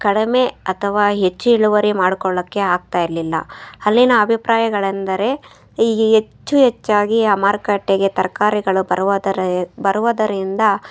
ಕಡಿಮೆ ಅಥವಾ ಹೆಚ್ಚ್ ಇಳುವರಿ ಮಾಡ್ಕೊಳ್ಳೋಕ್ಕೆ ಆಗ್ತಾ ಇರಲಿಲ್ಲ ಅಲ್ಲಿನ ಅಭಿಪ್ರಾಯಗಳೆಂದರೆ ಈ ಈ ಹೆಚ್ಚು ಹೆಚ್ಚಾಗಿ ಆ ಮಾರುಕಟ್ಟೆಗೆ ತರಕಾರಿಗಳು ಬರುವುದರ ಬರುವುದರಿಂದ